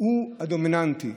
הוא הדומיננטי.